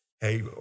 Hey